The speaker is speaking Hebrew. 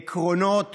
עקרונות